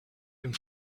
dem